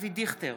אבי דיכטר,